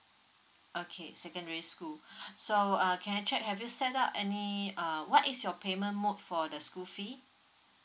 okay secondary school so uh can I check have you set up any uh what is your payment mode for the school fee